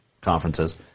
conferences